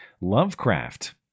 lovecraft